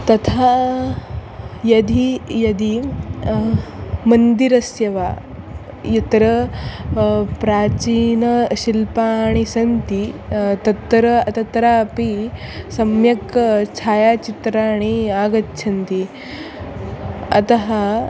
तथा यदि यदि मन्दिरस्य वा यत्र प्राचीनशिल्पाः सन्ति तत्र तत्रापि सम्यक् छायाचित्राणि आगच्छन्ति अतः